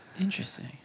interesting